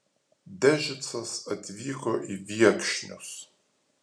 dežicas atvyko į viekšnius